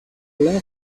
love